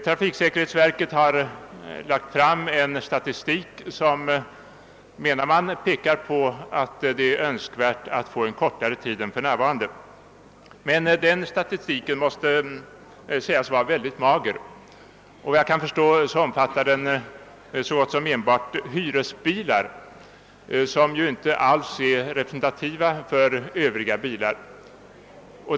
Trafiksäkerhetsverket har lagt fram en statistik som, menar man, pekar på att det är önskvärt att få fram en kortare tid än för närvarande. Men statistiken måste sägas vara väldigt mager. Vad jag kan förstå omfattar den så gott som enbart hyresbilar, som ju inte alls är representativa för övriga bilar.